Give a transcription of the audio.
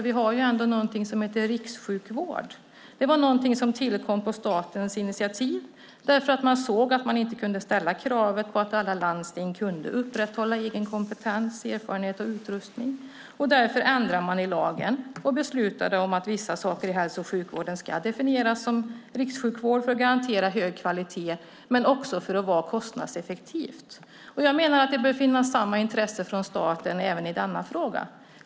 Vi har ändå något som heter rikssjukvård. Det var något som tillkom på statens initiativ därför att man såg att man inte kunde ställa kravet på att alla landsting kunde upprätthålla egen kompetens, erfarenhet och utrustning. Därför ändrade man i lagen och beslutade om att vissa saker i hälso och sjukvården ska definieras som rikssjukvård för att garantera hög kvalitet och för att vara kostnadseffektiv. Jag menar att det bör finnas samma intresse från statens sida även i denna fråga.